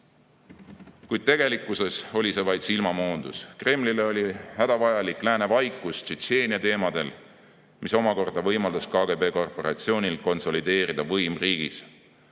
Kuid tegelikkuses oli see vaid silmamoondus. Kremlile oli hädavajalik lääne vaikus Tšetšeenia teemadel, mis omakorda võimaldas KGB korporatsioonil konsolideerida võim riigis.